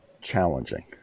challenging